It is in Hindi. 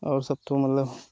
और सब तो मतलब